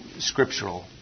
Scriptural